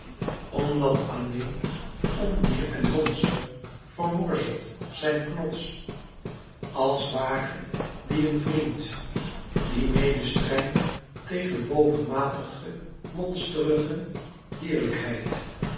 omdat alleen ondier en monster vermorzelt zijn knots als ware die een vriend die mede strijdt tegen bovenmatige monsterige